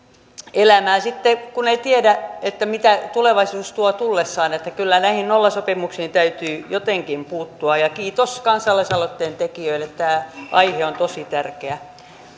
elämäänsä kun ei tiedä mitä tulevaisuus tuo tullessaan että kyllä näihin nollasopimuksiin täytyy jotenkin puuttua kiitos kansalaisaloitteen tekijöille tämä aihe on tosi tärkeä